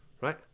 Right